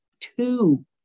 Two